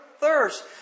thirst